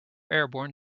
airborne